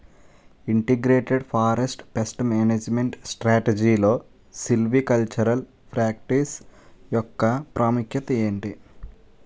Integrated forest pest management స్ట్రాటజీలో silvicultural practice యెక్క ప్రాముఖ్యత ఏమిటి??